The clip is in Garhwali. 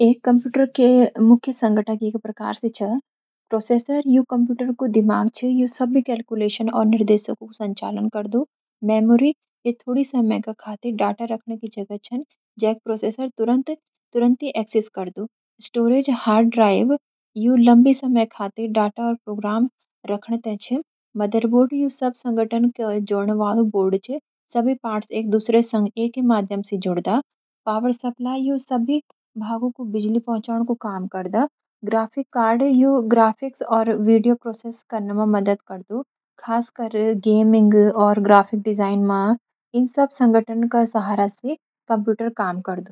एक कंप्यूटर के मुख्य संघटक ये प्रकार सी छ: प्रोसेसर (सी पी यु ): यू कंप्यूटर को दिमाग छ, यो सबी कैलकुलेशन औ निर्देशों का संचालन करदु। मेमोरी (आर ए एम् ): यू थोड़ी समय का खातिर डाटा रखणी की जगह छन, जेक प्रोसेसर तुरंती एकसिस करदु। Storage (hard drive / S S D ): यू लम्बी समय खातिर डाटा औ प्रोग्राम रखण ते छ। मदरबोर्ड: यू सब संघटकन का जोड़ण वालो बोर्ड छ, सबी पार्ट्स एक-दूसरे संग इहेक माध्यम सैं जोड़दा। पावर सप्लाई: यू सबी भागू कु बिजली पहुंचाण कु काम करदा। Graphics card (G P U ): यू ग्राफिक्स और वीडियो प्रोसैस कन में मदत करदा, खासकर गमिंग और ग्राफिक डिजाइन मं। इन सब संघटन का सहारा सैं कंप्यूटर काम करदु।